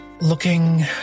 Looking